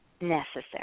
necessary